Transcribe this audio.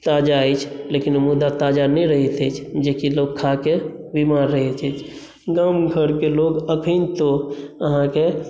ताजा अछि लेकिन मुदा ताजा नहि रहैत अछि जेकि लोक खा कऽ बीमार रहैत अछि गाम घरके लोक अखनितो अहाँकेँ